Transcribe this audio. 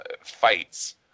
fights